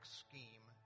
scheme